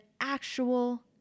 actual